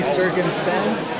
circumstance